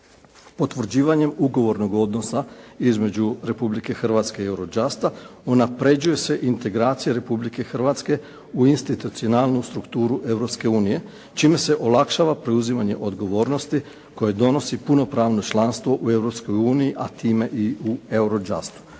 Potvrđivanjem ugovornog odnosa između Republike Hrvatske i Eurojusta unaprjeđuje se integracija Republike Hrvatske u institucionalnu strukturu Europske unije čime se olakšava preuzimanje odgovornosti koje donosi punopravno članstvo u Europskoj uniji a time u Eurojustu.